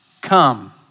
come